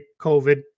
COVID